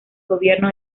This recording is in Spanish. gobierno